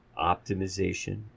optimization